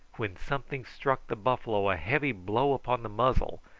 when something struck the buffalo a heavy blow upon the muzzle,